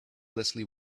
leslie